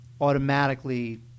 automatically